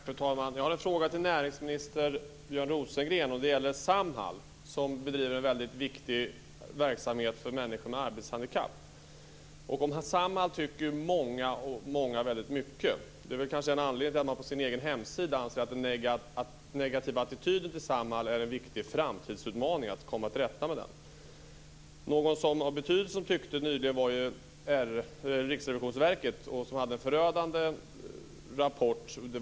Fru talman! Jag har en fråga till näringsminister Björn Rosengren. Den gäller Samhall som bedriver en viktig verksamhet för människor med arbetshandikapp. Om Samhall tycker många, och de tycker väldigt mycket. Det är kanske anledningen till att man på sin egen hemsida anser att det är en viktig framtidsutmaning att komma till rätta med den negativa attityden till Samhall. En instans som har betydelse och som tyckte nyligen är ju Riksrevisionsverket, som hade en förödande rapport.